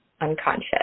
unconscious